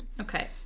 Okay